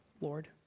Lord